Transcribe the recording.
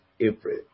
April